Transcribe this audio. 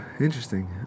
Interesting